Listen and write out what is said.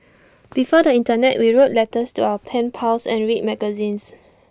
before the Internet we wrote letters to our pen pals and read magazines